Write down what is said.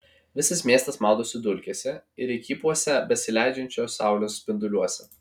visas miestas maudosi dulkėse ir įkypuose besileidžiančios saulės spinduliuose